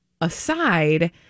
aside